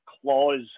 clause